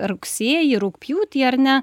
rugsėjį rugpjūtį ar ne